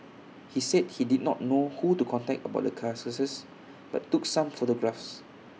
he said he did not know who to contact about the carcasses but took some photographs